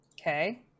Okay